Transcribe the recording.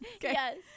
yes